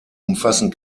umfassen